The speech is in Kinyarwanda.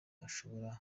ashobora